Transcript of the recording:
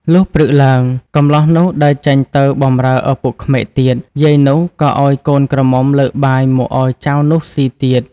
លុះព្រឹកឡើង កម្លោះនោះដើរចេញទៅបំរើឪពុកក្មេកទៀត យាយនោះក៏ឱ្យកូនក្រមុំលើកបាយមកឱ្យចៅនោះស៊ីទៀត